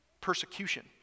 persecution